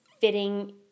fitting